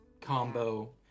combo